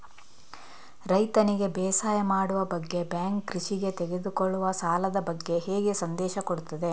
ರೈತನಿಗೆ ಬೇಸಾಯ ಮಾಡುವ ಬಗ್ಗೆ ಬ್ಯಾಂಕ್ ಕೃಷಿಗೆ ತೆಗೆದುಕೊಳ್ಳುವ ಸಾಲದ ಬಗ್ಗೆ ಹೇಗೆ ಸಂದೇಶ ಕೊಡುತ್ತದೆ?